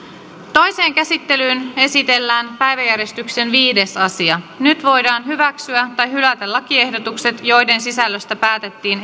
toiseen käsittelyyn esitellään päiväjärjestyksen viides asia nyt voidaan hyväksyä tai hylätä lakiehdotukset joiden sisällöstä päätettiin